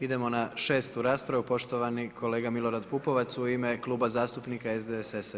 Idemo na šestu raspravu, poštovani kolega Milorad Pupovac u ime Kluba zastupnika SDSS-a.